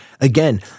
again